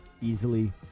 easily